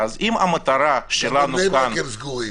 גם בבני ברק הם סגורים.